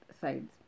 sides